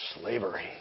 slavery